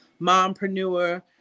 mompreneur